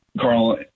Carl